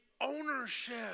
ownership